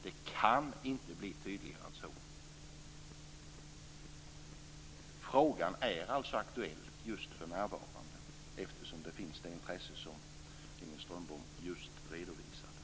Det kan inte bli tydligare än så. Frågan är aktuell för närvarande eftersom det intresse finns som Inger Strömbom just redovisade.